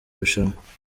rushanwa